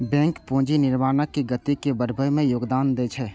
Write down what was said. bank पूंजी निर्माणक गति के बढ़बै मे योगदान दै छै